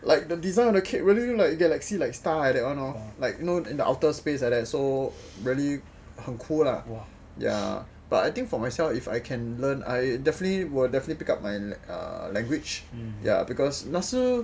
like the designer of the cake really look like galaxy like star like that one hor in the outer space like that so really 很 cool lah ya but I think for myself if I can learn I definitely would definitely pick up a language ya because 那时